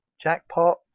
Jackpot